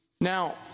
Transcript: Now